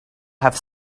have